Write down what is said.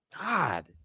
God